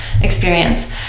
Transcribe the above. experience